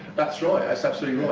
that's right. that's absolutely right,